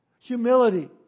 humility